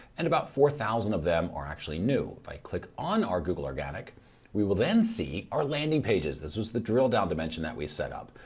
and about four thousand of them are actually new. if i click on our google organic we will then see our landing pages. this is the drill down dimension that we set up.